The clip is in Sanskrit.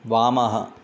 वामः